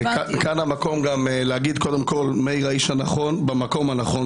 כאן המקום להגיד שאתה האיש הנכון במקום הנכון.